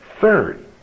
Third